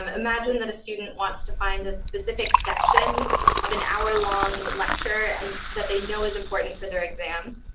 um imagine that a student wants to find a specific section of an hour-long lecture and that they know is important for their exam.